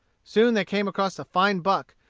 soon they came across a fine buck,